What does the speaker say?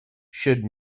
should